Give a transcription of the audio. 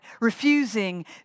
refusing